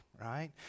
Right